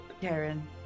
Karen